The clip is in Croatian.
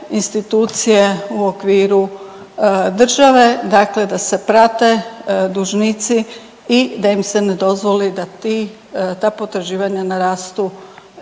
institucije u okviru države, dakle da se prate dužnici i da im se ne dozvoli da ti, ta potraživanja narastu